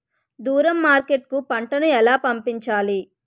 దూరం మార్కెట్ కు పంట ను ఎలా పంపించాలి?